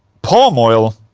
palm oil?